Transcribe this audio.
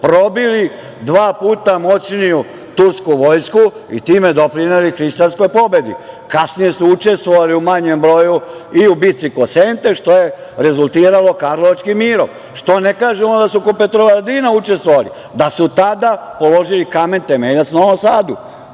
probili dva puta moćniju tursku vojsku i time doprineli hrišćanskoj pobedi. Kasnije su učestvovali u manjem broju i u bitci kod Sente što je rezultiralo Karlovačkim mirom. Što ne kažu da su kod Petrovaradina učestvovali? Da su tada položili kamen temeljac u Novom Sadu,